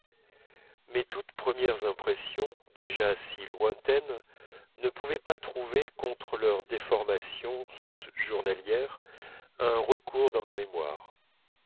présentement toutes mes premières impressions déjà si lointaines ne pouvaient pas trouver contre leur déformation journalière un recours dans ma mémoire